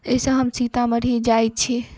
एहिसे हम सीतामढ़ी जाइत छी